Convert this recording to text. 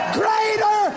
greater